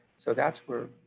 so that's where,